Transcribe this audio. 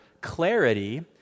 clarity